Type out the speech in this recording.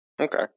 Okay